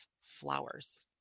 Flowers